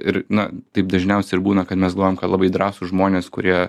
ir na taip dažniausiai ir būna kad mes galvojam kad labai drąsūs žmonės kurie